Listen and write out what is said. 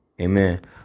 Amen